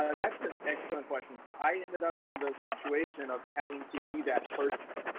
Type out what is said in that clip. ah that's an excellent question. so, i ended up in the situation of having to be that person,